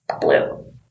Blue